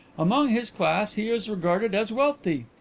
among his class he is regarded as wealthy.